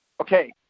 Okay